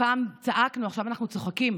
פעם צעקנו, עכשיו אנחנו צוחקים.